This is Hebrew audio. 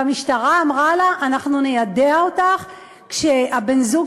והמשטרה אמרה לה: אנחנו ניידע אותך כשבן-הזוג